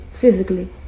physically